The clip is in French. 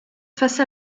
face